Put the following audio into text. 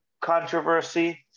controversy